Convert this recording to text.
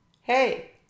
Hey